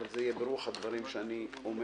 אבל זה יהיה ברוח הדברים שאני אומר.